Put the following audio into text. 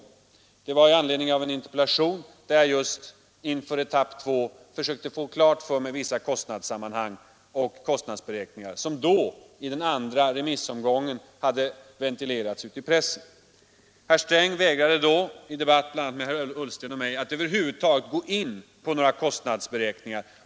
Det var i anledning av en interpellation, där jag inför etapp två försökte få klart för mig vissa kostnadssammanhang och kostnadsberäkningar, som då i den andra remissomgången hade ventilerats i pressen. Herr Sträng vägrade då, i en debatt bl.a. med herr Ullsten och mig, över huvud taget att gå in på några kostnadsberäkningar.